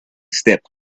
stepped